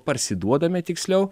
parsiduodame tiksliau